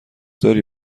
داری